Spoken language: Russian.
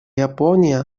япония